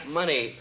money